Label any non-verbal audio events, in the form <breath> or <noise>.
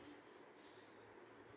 <breath>